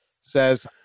says